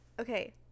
Okay